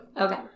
Okay